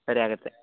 ಸರಿ ಆಗುತ್ತೆ